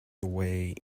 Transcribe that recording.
away